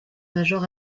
major